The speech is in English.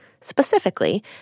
Specifically